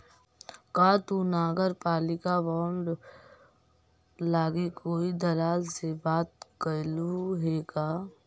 का तु नगरपालिका बॉन्ड लागी कोई दलाल से बात कयलहुं हे का?